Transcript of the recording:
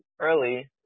early